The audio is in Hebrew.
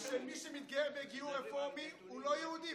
שמי שמתגייר בגיור רפורמי הוא לא יהודי,